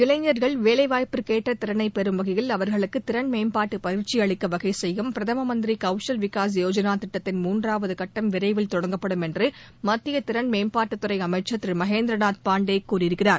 இளைஞர்கள் வேலைவாய்ப்புக்கேற்ற திறனை பெறும் வகையில் அவர்களுக்கு திறன் மேம்பாட்டு பயிற்சி அளிக்க வகை செய்யும் பிரதம மந்திரி கௌஷல் விகாஸ் யோஜனா திட்டத்தின் மூன்றாவது கட்டம் விரைவில் தொடங்கப்படும் என்று மத்திய திறன் மேம்பாட்டுத் துறை அமைச்சர் திரு மகேந்திரநாத் பாண்டே கூறியிருக்கிறார்